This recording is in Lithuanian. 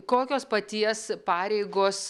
kokios paties pareigos